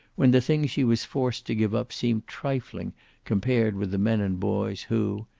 when the thing she was forced to give up seemed trifling compared with the men and boys who,